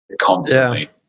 constantly